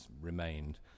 remained